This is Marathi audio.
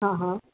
हां हां